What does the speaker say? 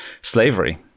slavery